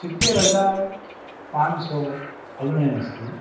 સિત્તેર હજાર પાંચસો ઓગણાએંસી